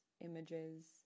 images